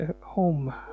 home